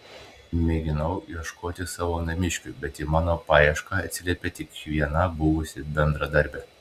mėginau ieškoti savo namiškių bet į mano paiešką atsiliepė tik viena buvusi bendradarbė